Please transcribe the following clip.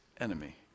enemy